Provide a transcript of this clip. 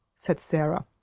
said sara.